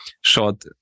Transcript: short